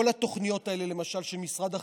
כל התוכניות האלה למשל, של משרד החינוך,